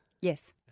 Yes